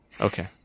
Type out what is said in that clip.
okay